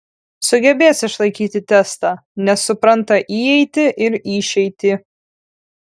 sugebės išlaikyti testą nes supranta įeitį ir išeitį